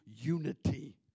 unity